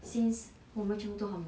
since 我们全部都很忙